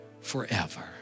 forever